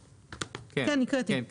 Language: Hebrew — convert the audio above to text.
בוודאי,